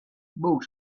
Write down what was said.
book